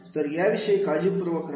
तर याविषयी काळजीपूर्वक राहा